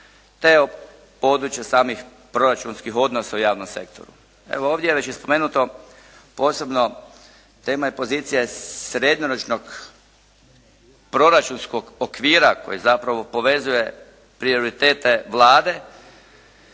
te o području samih proračunskih odnosa u samom sektoru. Evo, ovdje je već i spomenuto posebno tema je pozicije srednjoročnog proračunskog okvira koji zapravo povezuje prioritete Vlade